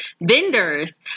vendors